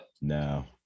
no